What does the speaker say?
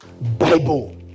Bible